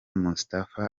moustapha